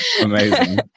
Amazing